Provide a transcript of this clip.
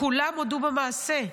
כולם הודו במעשה.